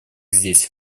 здесь